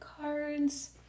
cards